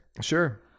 sure